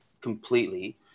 completely